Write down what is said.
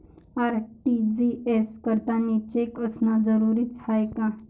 RTGS करतांनी cheque असनं जरुरीच हाय का?